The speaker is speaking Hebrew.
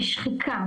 בשחיקה.